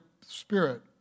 spirit